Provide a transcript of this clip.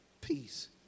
peace